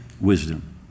wisdom